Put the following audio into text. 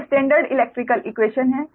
ये standard electrical equation हैं